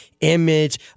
image